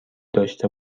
داشته